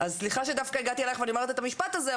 אז סליחה שדווקא הגעתי אלייך ואני אומרת את המשפט הזה,